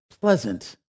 pleasant